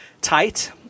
tight